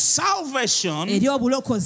salvation